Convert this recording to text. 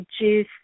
juice